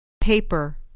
Paper